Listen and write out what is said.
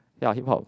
ya hip hop